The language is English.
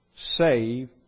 Save